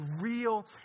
real